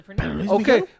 Okay